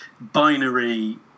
binary